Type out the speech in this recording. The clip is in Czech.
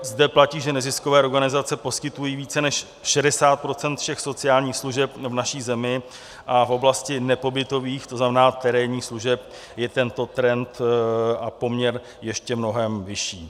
Zde platí, že neziskové organizace poskytují více než 60 % všech sociálních služeb v naší zemi, a v oblasti nepobytových, to znamená terénních služeb, je tento trend a poměr ještě mnohem vyšší.